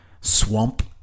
Swamp